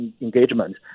engagement